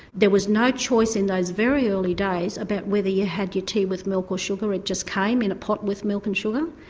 there was no choice in those very early days about whether you had your tea with milk or sugar, it just came in a pot with milk and sugar.